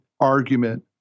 argument